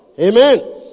Amen